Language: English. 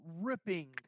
ripping